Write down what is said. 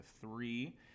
three